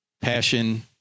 passion